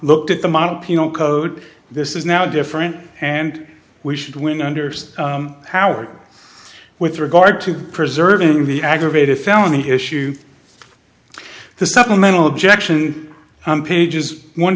looked at the model penal code this is now different and we should win under howard with regard to preserving the aggravated felony issue the supplemental objection pages one